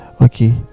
okay